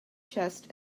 chests